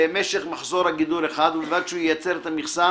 למשך מחזור גידול אחד, ובלבד שהוא ייצר את המכסה